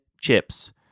chips